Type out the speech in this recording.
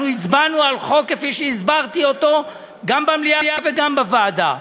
אנחנו הצבענו על חוק כפי שהסברתי אותו גם במליאה וגם בוועדה.